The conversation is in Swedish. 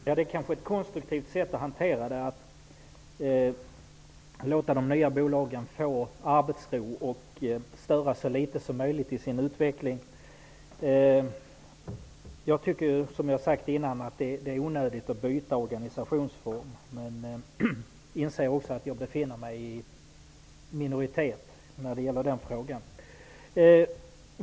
Herr talman! Det är kanske konstruktivt att låta de nya bolagen få arbetsro och att de skall störas så litet som möjligt i sin utveckling. Som jag har sagt tidigare tycker jag att det är onödigt att byta organisationsform. Men jag inser att jag befinner mig i minoritet i denna fråga.